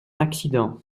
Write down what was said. accident